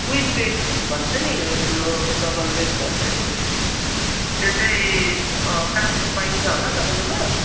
queen bed भन्छ नि ठुलो डबल बेड भन्छ नि त्यो चाहिँ काठको पाइन्छ होला तपाईँकोमा